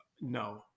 no